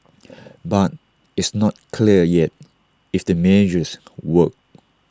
but it's not clear yet if the measures work